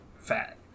fat